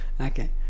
Okay